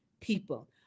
people